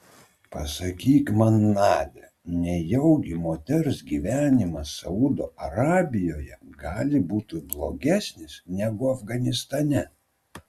pasakyk man nadia nejaugi moters gyvenimas saudo arabijoje gali būti blogesnis negu afganistane